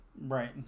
Right